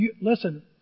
Listen